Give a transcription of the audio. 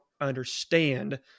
understand